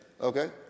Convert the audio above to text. Okay